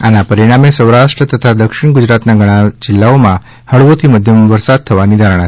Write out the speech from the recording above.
આના પરિણામે સૌરાષ્ટ્ર તથા દક્ષિણ ગુજરાતના ઘણા જિલ્લાઓમાં ફળવોથી મધ્યમ વરસાદ થવાની ધારણા છે